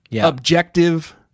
objective